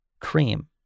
Cream